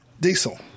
diesel